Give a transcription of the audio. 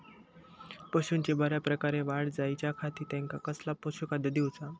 पशूंची बऱ्या प्रकारे वाढ जायच्या खाती त्यांका कसला पशुखाद्य दिऊचा?